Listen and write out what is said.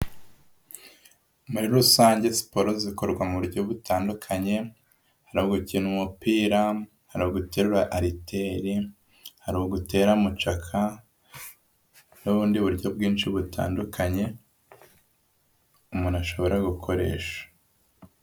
Muri rusange siporo zikorwa mu buryo butandukanye, hari ugukina umupira, hari uguterura ariteri, hari ugutera mucaka n'ubundi buryo bwinshi butandukanye, umuntu ashobora gukoresha.